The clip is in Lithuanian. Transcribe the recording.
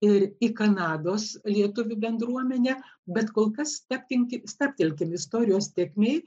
ir į kanados lietuvių bendruomenę bet kol kas stabtelkim stabtelkim istorijos tėkmėj